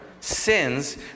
sins